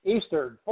Eastern